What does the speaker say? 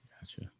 Gotcha